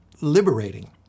liberating